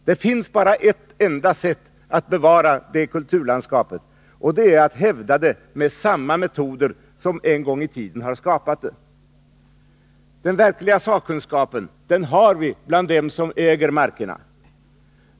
Det finns ett enda sätt att bevara det kulturlandskapet, och det är att hävda det med samma metoder som en gång i tiden har skapat det. Den verkliga sakkunskapen har vi bland dem som äger markerna.